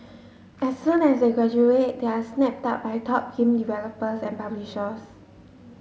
as soon as they graduate they are snapped very top game developers and publishers